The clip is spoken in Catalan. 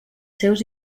seus